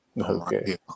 Okay